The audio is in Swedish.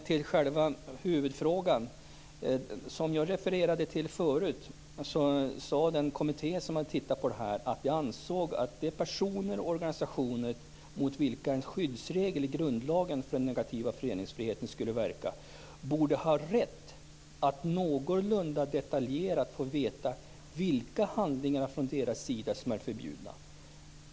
Till själva huvudfrågan: Som jag refererade till tidigare anser den kommitté som har sett över detta att de personer och organisationer mot vilka en skyddsregel i grundlagen för den negativa föreningsfriheten skulle verka borde ha rätt att någorlunda detaljerat få veta vilka handlingar från deras sida som är förbjudna.